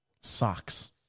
Socks